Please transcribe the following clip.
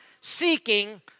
seeking